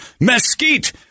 mesquite